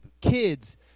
kids